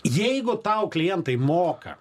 jeigu tau klientai moka